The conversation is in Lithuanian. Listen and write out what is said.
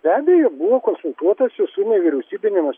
be abejo buvo konsultuotasi su nevyriausybinėmis